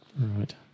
Right